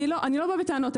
אני לא באה בטענות.